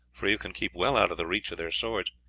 for you can keep well out of the reach of their swords.